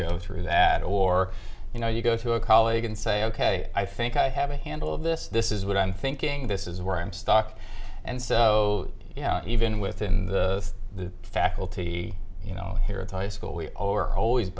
go through that or you know you go to a colleague and say ok i think i have a handle of this this is what i'm thinking this is where i'm stuck and so you know even within the faculty you know here at high school we all were always